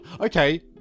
Okay